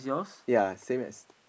ya same as